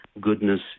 goodness